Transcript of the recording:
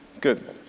Good